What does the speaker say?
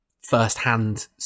first-hand